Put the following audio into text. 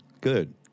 Good